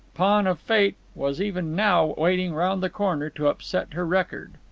pawn of fate, was even now waiting round the corner to upset her record.